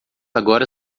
agora